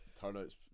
turnout's